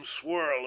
swirl